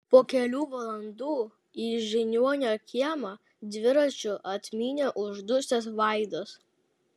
po kelių valandų į žiniuonio kiemą dviračiu atmynė uždusęs vaidas